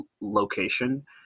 location